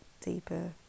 deeper